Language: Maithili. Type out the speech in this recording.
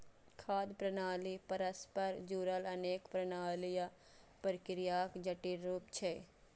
खाद्य प्रणाली परस्पर जुड़ल अनेक प्रणाली आ प्रक्रियाक जटिल रूप छियै